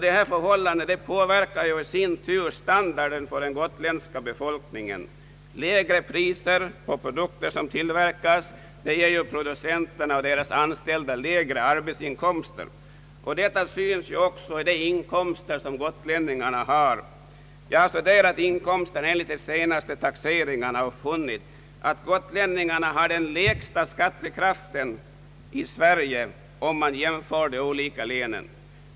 Dessa förhållanden påverkar i sin tur den gotländska befolkningens standard. Lägre priser på produkter som tillverkas ger producenterna och deras anställda lägre arbetsinkomster. Detta framgår också av de inkomster som gotlänningarna har. Jag har studerat inkomsterna enligt de senaste taxeringarna och funnit, att gotlänningarna vid en jämförelse mellan de olika länen har den lägsta skattekraften.